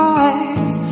eyes